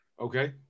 Okay